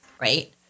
right